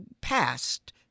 passed